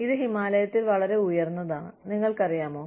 ഇത് ഹിമാലയത്തിൽ വളരെ ഉയർന്നതാണ് നിങ്ങൾക്കറിയാമോ